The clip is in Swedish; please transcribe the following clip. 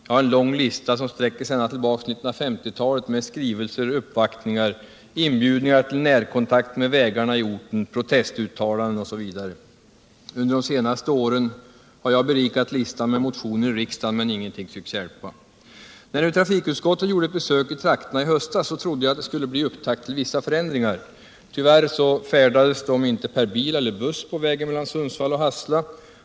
Jag har en diger lista som sträcker sig så långt tillbaka som till 1950-talet, och den innehåller skrivelser, uppvaktningar, inbjudningar till närkontakt när det gäller vägarna i orten, protestuttalanden m.m. Under de senaste åren har jag fyllt på listan med motioner i riksdagen, men ingenting tycks hjälpa. När trafikutskottet gjorde ett besök i trakterna i höstas, trodde jag att detta skulle kunna bli upptakten till vissa förändringar. Tyvärr färdades ledamöterna inte med bil eller buss på vägen mellan Sundsvall och Hassela.